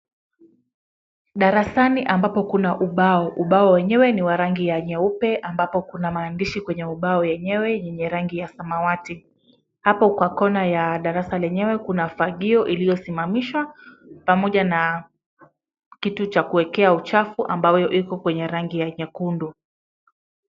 Darasani ambapo kuna ubao. Ubao wenyewe ni wa rangi ya nyeupe ambapo kuna maandishi kwenye ubao yenyewe yenye rangi ya samawati. Apo kwa kona ya darasa lenyewe kuna fagio iliyosimamishwa pamoja na, kitu cha kuwekea uchafu ambayo iko kwenye rangi ya nyekundu.